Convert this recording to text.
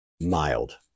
mild